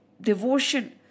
devotion